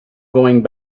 going